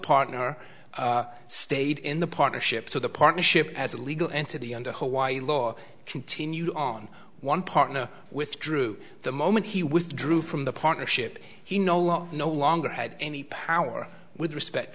partner stayed in the partnership so the partnership as a legal entity under hawaii law continued on one partner withdrew the moment he withdrew from the partnership he no longer no longer had any power with respect